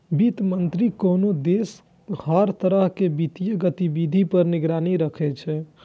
वित्त मंत्री कोनो देशक हर तरह के वित्तीय गतिविधि पर निगरानी राखै छै